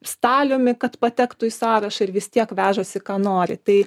staliumi kad patektų į sąrašą ir vis tiek vežasi ką nori tai